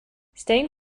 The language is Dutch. steen